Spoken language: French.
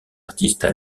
artistes